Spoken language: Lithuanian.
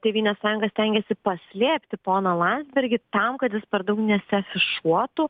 tėvynės sąjunga stengėsi paslėpti poną landsbergį tam kad jis per daug nesiafišuotų